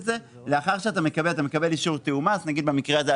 לאחר מכן אתה מקבל אישור תיאום מס; במקרה הזה,